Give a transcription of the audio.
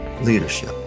leadership